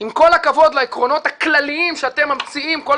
עם כל הכבוד לעקרונות הכלליים שאתם ממציאים כל